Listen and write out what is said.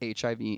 HIV